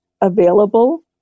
available